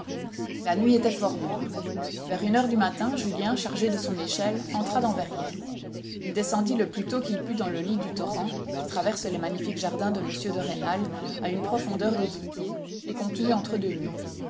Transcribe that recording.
la nuit était fort noire vers une heure du matin julien chargé de son échelle entra dans verrières il descendit le plus tôt qu'il put dans le lit du torrent qui traverse les magnifiques jardins de m de rênal à une profondeur de dix pieds et contenu entre deux murs